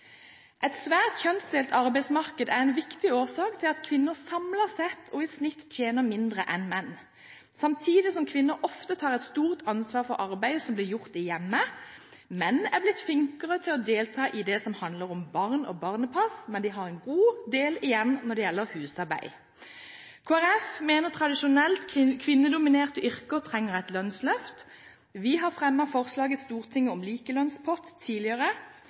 Et svært kjønnsdelt arbeidsmarked er en viktig årsak til at kvinner samlet sett og i snitt tjener mindre enn menn, samtidig som kvinner ofte tar et stort ansvar for arbeidet som blir gjort i hjemmet. Menn er blitt flinkere til å delta i det som handler om barn og barnepass, men de har en god del igjen når det gjelder husarbeid. Kristelig Folkeparti mener tradisjonelt kvinnedominerte yrker trenger et lønnsløft. Vi har tidligere fremmet forslag i Stortinget om en likelønnspott,